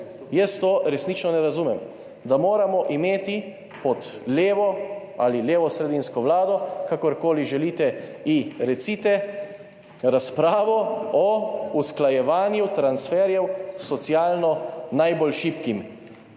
jaz tega resnično ne razumem. Da moramo imeti pod levo ali levosredinsko vlado, kakorkoli želite, ji recite, razpravo o usklajevanju transferjev socialno najbolj šibkih